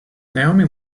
naomi